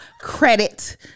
credit